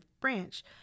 branch